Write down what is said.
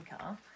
car